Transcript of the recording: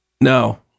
No